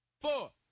Four